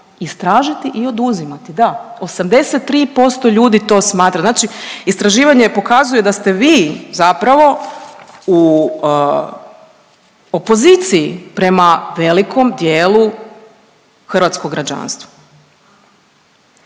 istražiti i oduzimati, da 83% ljudi to smatra. Znači istraživanje pokazuje da ste vi zapravo u opoziciji prema velikom dijelu hrvatskog građanstva.